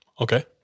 Okay